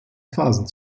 phasen